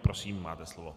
Prosím, máte slovo.